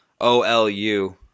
OLU